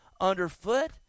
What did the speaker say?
underfoot